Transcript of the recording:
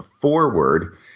forward